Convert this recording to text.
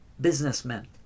businessmen